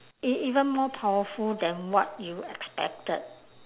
e~ even more powerful than what you expected